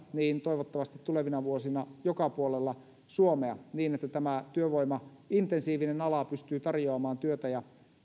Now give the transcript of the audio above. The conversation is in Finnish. niin toivottavasti tulevina vuosina joka puolella suomea niin että tämä työvoimaintensiivinen ala pystyy tarjoamaan työtä ja